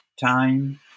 time